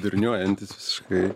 durniuojantis visiškai